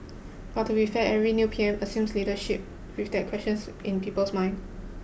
but to be fair every new P M assumes leadership with that questions in people's minds